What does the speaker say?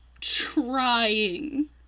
trying